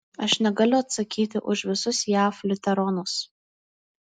aš negaliu atsakyti už visus jav liuteronus